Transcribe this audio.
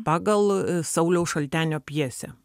pagal sauliaus šaltenio pjesę